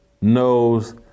knows